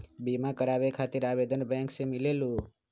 बिमा कराबे खातीर आवेदन बैंक से मिलेलु?